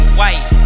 white